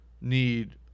need